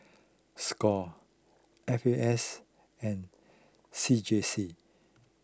Score F A S and C J C